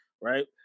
right